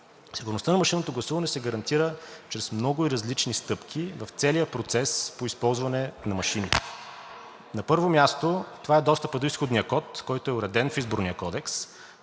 Сигурността на машинното гласуване се гарантира чрез много и различни стъпки в целия процес по използване на машините. На първо място, това е достъпът до изходния код, който е уреден в Изборния кодекс,